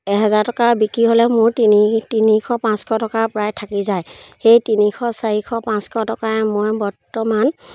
এহেজাৰ টকা বিক্ৰী হ'লে মোৰ তিনি তিনিশ পাঁচশ টকা প্ৰায় থাকি যায় সেই তিনিশ চাৰিশ পাঁচশ টকাই মই বৰ্তমান